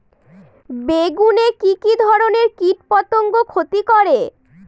বেগুনে কি কী ধরনের কীটপতঙ্গ ক্ষতি করে?